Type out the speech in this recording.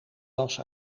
was